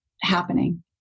happening